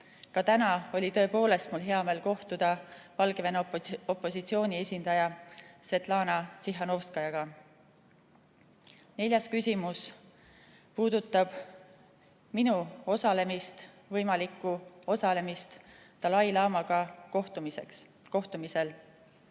Ka täna oli mul hea meel kohtuda Valgevene opositsiooni esindaja Svjatlana Tsihhanovskajaga. Neljas küsimus puudutab minu võimalikku osalemist dalai-laamaga kohtumisel.